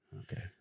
okay